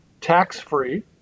tax-free